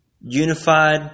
unified